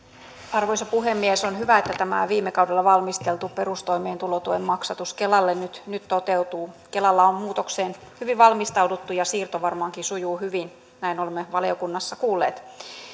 arvoisa puhemies on hyvä että tämä viime kaudella valmisteltu perustoimeentulotuen maksatus kelalle nyt nyt toteutuu kelalla on muutokseen hyvin valmistauduttu ja siirto varmaankin sujuu hyvin näin olemme valiokunnassa kuulleet